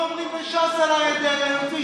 אחרי שאמרתי את זה, מה אתה אומר על נתניהו?